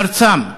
מארצם,